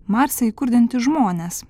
marse įkurdinti žmones